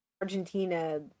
Argentina